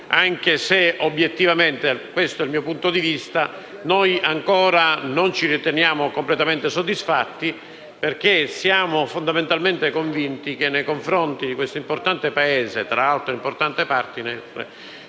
anche se - questo è il mio punto di vista - ancora non ci riteniamo completamente soddisfatti, perché siamo fondamentalmente convinti che nei confronti di questo importante Paese, tra l'altro *partner*